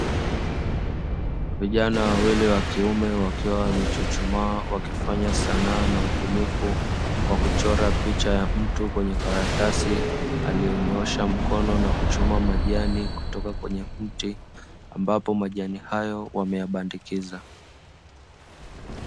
Vijana wawili wa kiume wakiwa wamechuchumaa wakifanya sanaa na ubunifu, kwa kuchora picha ya mtu kwenye karatasi aliyenyoosha mkono na kuchuma majani kutoka kwenye mti, ambapo majani hayo wameyabandikiza.